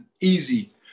easy